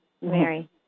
Mary